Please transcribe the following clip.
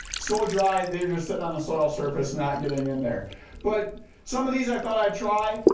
so dry, they are just sitting on the soil surface not getting in there but some of these i thought i'd try.